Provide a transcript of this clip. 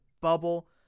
bubble